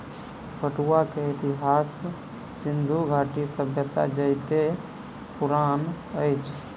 पटुआ के इतिहास सिंधु घाटी सभ्यता जेतै पुरान अछि